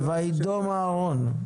להגיד באופן עקרוני: